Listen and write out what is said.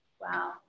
Wow